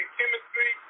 Chemistry